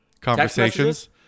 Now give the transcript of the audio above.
conversations